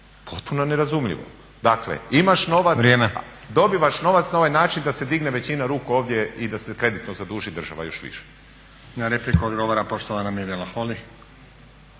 Stazić: Vrijeme./… … dobivaš novac na ovaj način da se digne većina ruku ovdje i da se kreditno zaduži država još više.